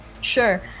Sure